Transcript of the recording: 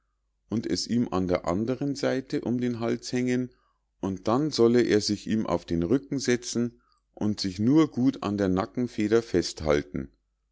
und es ihm an der andern seite um den hals hängen und dann solle er sich ihm auf den rücken setzen und sich nur gut an der nackenfeder fest